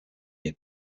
est